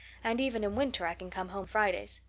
and even in winter i can come home fridays.